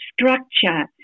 structure